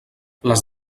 les